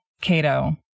Cato